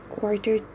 quarter